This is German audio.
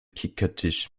kickertisch